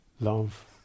Love